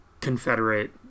confederate